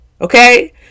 okay